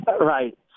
Right